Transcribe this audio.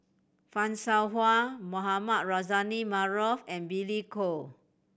Fan Shao Hua Mohamed Rozani Maarof and Billy Koh